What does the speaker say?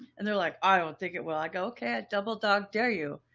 and they're like, i'll take it. well, i go, okay, i double dog, dare you.